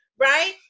Right